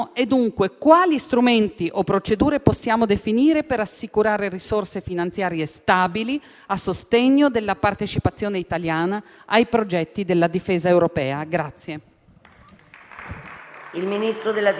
In questo senso, le iniziative per il consolidamento della sicurezza comune, così come i correlati programmi di sostegno allo sviluppo dell'industria nazionale della difesa, rappresentano un'opportunità che come Paese vogliamo favorire e siamo impegnati a cogliere al massimo grado.